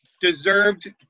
deserved